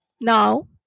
Now